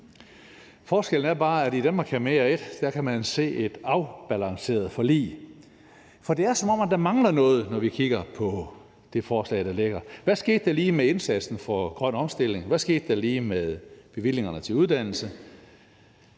Forskellen er bare, at i »Danmark kan mere I« kan man se et afbalanceret forlig. Så det er, som om der mangler noget, når vi kigger på det forslag, der ligger. Hvad skete der lige med indsatsen for grøn omstilling? Hvad skete der lige med bevillingerne til uddannelse?